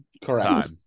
Correct